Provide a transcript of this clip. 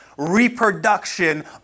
reproduction